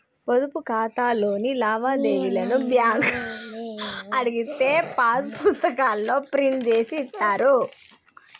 పొదుపు ఖాతాలోని లావాదేవీలను బ్యేంకులో అడిగితే పాసు పుస్తకాల్లో ప్రింట్ జేసి ఇత్తారు